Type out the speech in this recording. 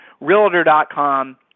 Realtor.com